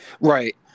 right